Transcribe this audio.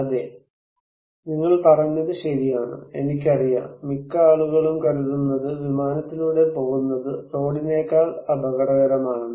അതെ നിങ്ങൾ പറഞ്ഞത് ശരിയാണ് എനിക്കറിയാം മിക്ക ആളുകളും കരുതുന്നത് വിമാനത്തിലൂടെ പോകുന്നത് റോഡിനേക്കാൾ അപകടകരമാണെന്ന്